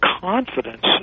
confidence